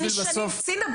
אני שנים מול צינה,